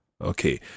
Okay